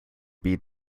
beat